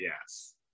Yes